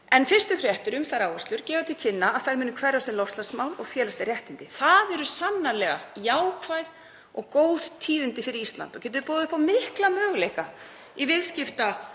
Fyrstu fréttir um þær áherslur gefa til kynna að þær muni hverfast um loftslagsmál og félagsleg réttindi. Það eru sannarlega jákvæð og góð tíðindi fyrir Ísland og getur boðið upp á mikla möguleika í viðskiptasamningum